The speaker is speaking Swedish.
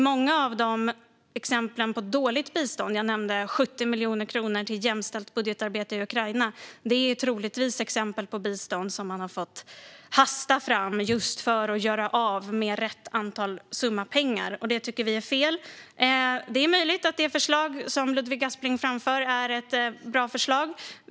Många av exemplen på dåligt bistånd - jag nämnde 70 miljoner kronor till jämställt budgetarbete i Ukraina - är troligtvis exempel på bistånd som man har fått hasta fram just för att göra av med rätt summa pengar. Det tycker vi är fel. Det är möjligt att det förslag som Ludvig Aspling framför är ett bra förslag.